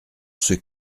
ceux